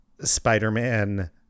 Spider-Man